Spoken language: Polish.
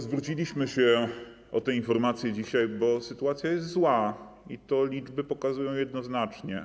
Zwróciliśmy się o tę informację dzisiaj, bo sytuacja jest zła i to liczby pokazują jednoznacznie.